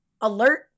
Alert